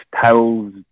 towels